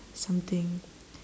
something